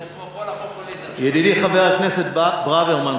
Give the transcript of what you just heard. ידידי חבר הכנסת ברוורמן,